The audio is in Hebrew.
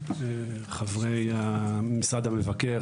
חברי משרד המבקר,